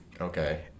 Okay